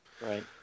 Right